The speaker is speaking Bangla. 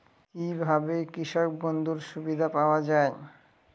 কি ভাবে কৃষক বন্ধুর সুবিধা পাওয়া য়ায়?